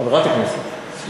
חברת כנסת ולא חבר כנסת.